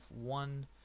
one